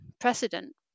precedent